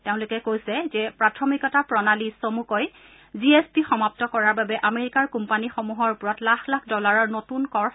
তেওঁলোকে কৈছে যে প্ৰাথমিকতা প্ৰণালী চমুকৈ জি এচ পি সমাপ্ত কৰাৰ বাবে আমেৰিকাৰ কোম্পানী সমূহৰ ওপৰত লাখ লাখ ডলাৰৰ নতুন কৰ সংযোজিত হ'ব